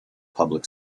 public